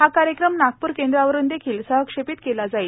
हा कार्यक्रम नागपूर केंद्रावरून देखील सहक्षेपित केला जाईल